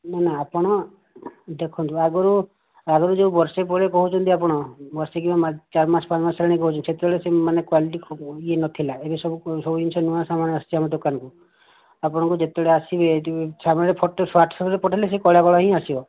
ନାଁ ଆପଣ ଦେଖନ୍ତୁ ଆଗରୁ ଆଗରୁ ଯେଉଁ ବର୍ଷେ ପରେ କହୁଛନ୍ତି ଆପଣ ବସିକି ଚାରିମାସ ପାଞ୍ଚ ମାସ ପରେ କହୁଛନ୍ତି ସେତେବେଳେ ମାନେ କ୍ୱାଲିଟି ଇଏ ନଥିଲା ଏବେସବୁ ଜିନଷ ନୂଆ ସମାନ ଆସିଛି ଆମ ଦୋକାନ କୁ ଆପଣ ଯେତେବେଳେ ଆସିବେ ଛାଡ଼ିବେ ଫଟୋ ସେଇ ହ୍ୱାଟସପ୍ ରେ ପଠେଇଲେ ସେଇ କଳା କଳା ହିଁ ଆସିବ